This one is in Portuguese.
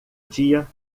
dia